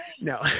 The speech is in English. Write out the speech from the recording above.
no